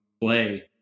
Play